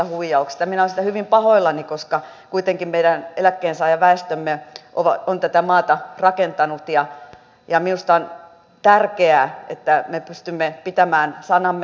minä olen siitä hyvin pahoillani koska kuitenkin meidän eläkkeensaajaväestömme on tätä maata rakentanut ja minusta on tärkeää että me pystymme pitämään sanamme heille